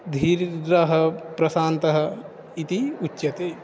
धीरः प्रशान्तः इति उच्यते